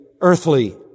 earthly